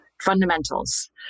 fundamentals